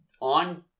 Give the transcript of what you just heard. on